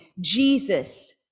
jesus